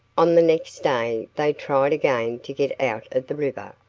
on the next day they tried again to get out of the river,